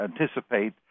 anticipate